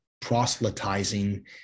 proselytizing